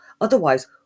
Otherwise